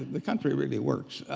the country really works.